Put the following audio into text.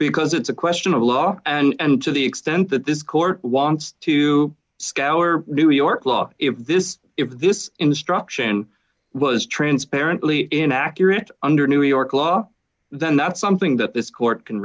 because it's a question of law and to the extent that this court wants to scour new york law if this if this instruction was transparently inaccurate under new york law then that's something that this court can